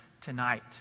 tonight